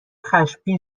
خشمگین